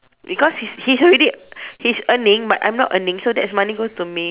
because he's he already he's earning but I'm not earning so that's money go to me